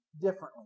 differently